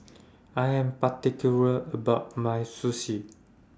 I Am particular about My Sushi